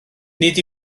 nid